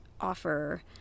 offer